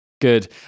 Good